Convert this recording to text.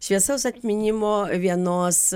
šviesaus atminimo vienos